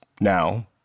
Now